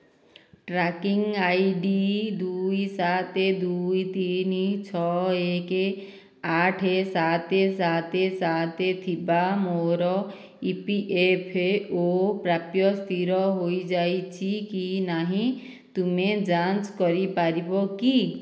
tracking I D ଦୁଇ ସାତ ଦୁଇ ତିନି ଛଅ ଏକ ଆଠ ସାତ ସାତ ସାତ ଥିବା ମୋର ଇ ପି ଏଫ୍ ଓ ପ୍ରାପ୍ୟ ସ୍ଥିର ହୋଇଯାଇଛି କି ନାହିଁ ତୁମେ ଯାଞ୍ଚ କରିପାରିବ କି